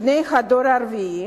בני הדור הרביעי,